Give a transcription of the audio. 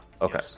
okay